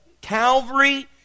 Calvary